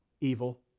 evil